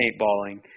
paintballing